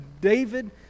David